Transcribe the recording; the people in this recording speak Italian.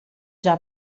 già